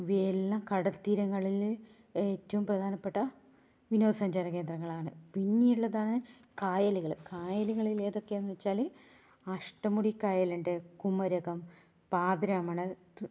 ഇവയെല്ലാം കടൽത്തീരങ്ങളിൽ ഏറ്റവും പ്രധാനപ്പെട്ട വിനോദസഞ്ചാര കേന്ദ്രങ്ങളാണ് പിന്നെയുള്ളതാണ് കായലുകാൽ കായലുകളിൽ ഏതൊക്കെയാണെന്ന് വെച്ചാൽ അഷ്ടമുടി കായലുണ്ട് കുമരകം പാതിരാമണൽ